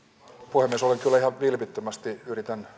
puhemies kyllä ihan vilpittömästi yritän